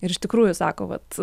ir iš tikrųjų sako vat